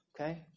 okay